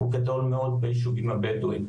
הוא גדול מאוד ביישובים הבדואים.